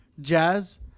Jazz